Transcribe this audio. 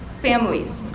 families,